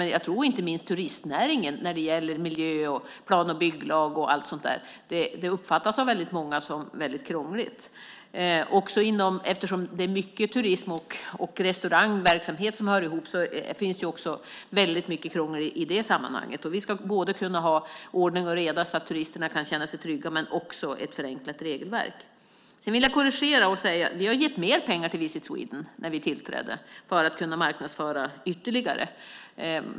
Men jag tror att miljöfrågor, plan och bygglag och så vidare av väldigt många inte minst inom turistnäringen uppfattas som väldigt krångligt. Eftersom mycket av turismen och restaurangverksamheten hör ihop finns det också väldigt mycket krångel i detta sammanhang. Vi ska kunna ha ordning och reda så att turisterna kan känna sig trygga, men vi ska också ha ett förenklat regelverk. Jag vill göra en korrigering. Vi har gett mer pengar till Visit Sweden sedan vi tillträdde för att man skulle kunna marknadsföra ytterligare.